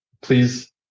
please